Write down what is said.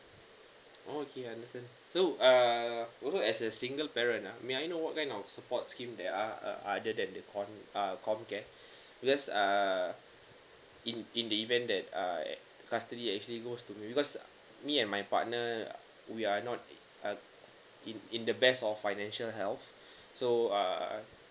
orh okay I understand so uh also as a single parent uh may I know what kind of support scheme they are uh other than the com~ uh comcare because uh in in the event that uh custody is actually goes to because me and my partner we are not uh in in the best of financial health so uh